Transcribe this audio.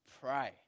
pray